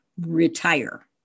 retire